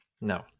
No